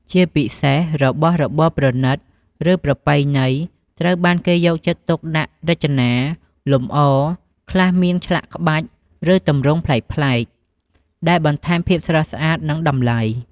ជាពិសេសរបស់របរប្រណីត ឬប្រពៃណី ត្រូវបានគេយកចិត្តទុកដាក់រចនា លម្អ ខ្លះមានឆ្លាក់ក្បាច់ ឬទម្រង់ប្លែកៗ ដែលបន្ថែមភាពស្រស់ស្អាត និងតម្លៃ។